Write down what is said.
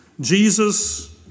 Jesus